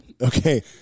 okay